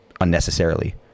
unnecessarily